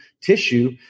tissue